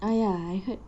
oh ya I heard